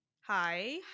Hi